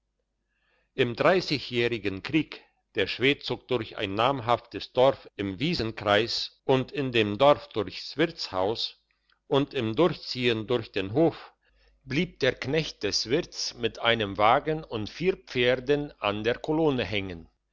im dreissigjährigen krieg der schwed zog durch ein namhaftes dorf im wiesenkreis und in dem dorf durchs wirtshaus und im durchziehen durch den hof blieb der knecht des wirts mit einem wagen und vier pferden an der kolonne hängen